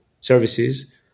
services